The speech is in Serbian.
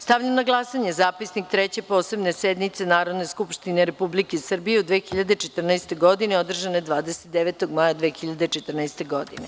Stavljam na glasanje Zapisnik Treće posebne sednice Narodne skupštine Republike Srbije u 2014. godini, održane 29. maja 2014. godine.